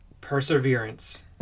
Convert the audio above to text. perseverance